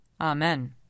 Amen